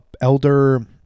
Elder